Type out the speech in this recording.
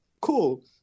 cool